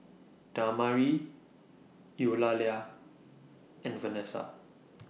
Damari Eulalia and Venessa